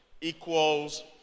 equals